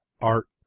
art